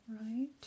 Right